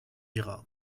ira